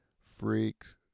freaks